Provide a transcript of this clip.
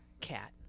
cat